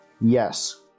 Yes